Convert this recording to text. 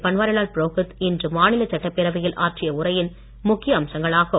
பன்வாரிலால் புரோஹித் இன்று மாநிலச் சட்டப்பேரவையில் ஆற்றிய உரையின் முக்கிய அம்சங்களாகும்